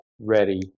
ready